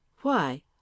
Why